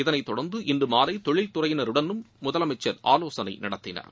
இதனைத்தொடர்ந்து இன்று மாலை தொழில்துறையினருடனும் முதலமைச்சர் ஆலோசனை நடத்தினார்